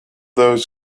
those